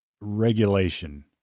regulation